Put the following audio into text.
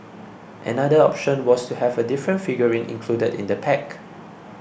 another option was to have a different figurine included in the pack